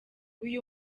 uyu